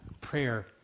Prayer